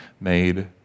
made